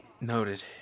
Noted